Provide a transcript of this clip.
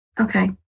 Okay